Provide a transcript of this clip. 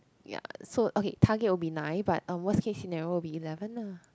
ya so okay target will be nine but a worse case scenario will be eleven lah